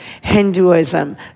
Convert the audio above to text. Hinduism